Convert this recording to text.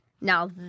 Now